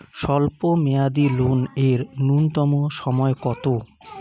স্বল্প মেয়াদী লোন এর নূন্যতম সময় কতো?